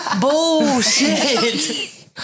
Bullshit